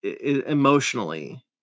emotionally